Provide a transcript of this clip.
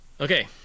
Okay